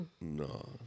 No